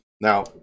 now